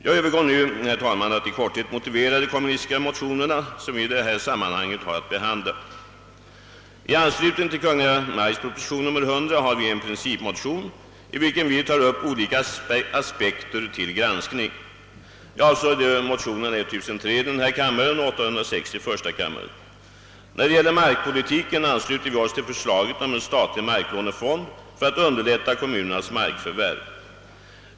Jag övergår nu till att i korthet motivera de kommunistiska motionerna som vi i detta sammanhang har att behandla. I anslutning till Kungl. Maj:ts proposition nr 100 har vi avlämnat en principmotion, i vilken vi tar upp propositionen till granskning ur olika När det gäller markpolitiken ansluter vi oss till förslaget om en statlig marklånefond i syfte att underlätta kommunernas markförvärv.